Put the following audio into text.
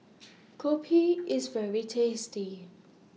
Kopi IS very tasty